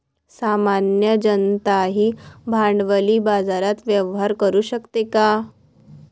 सामान्य जनताही भांडवली बाजारात व्यवहार करू शकते का?